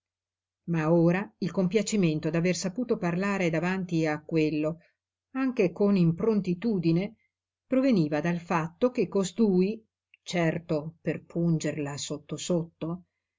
ma ora il compiacimento d'aver saputo parlare davanti a quello anche con improntitudine proveniva dal fatto che costui